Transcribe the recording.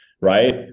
right